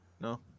No